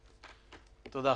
תודה.